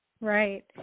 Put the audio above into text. right